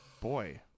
Boy